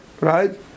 right